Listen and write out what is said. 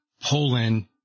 Poland